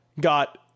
got